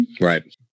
Right